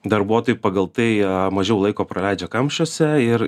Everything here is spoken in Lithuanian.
darbuotojai pagal tai mažiau laiko praleidžia kamščiuose ir